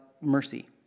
mercy